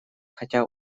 хотя